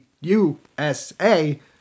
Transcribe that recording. USA